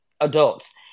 adults